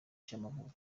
cy’amavuko